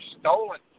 stolen